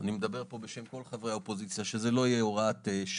אני מדבר פה בשם כל חברי האופוזיציה שזה לא יהיה הוראת שעה.